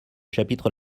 chapitre